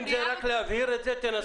אם זה רק להבהיר את זה, תנסחו את זה.